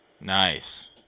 nice